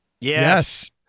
Yes